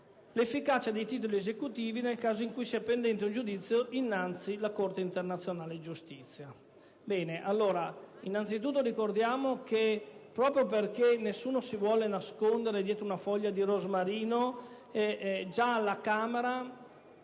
l'efficacia dei titoli esecutivi nel caso in cui sia pendente un giudizio innanzi la Corte internazionale di giustizia.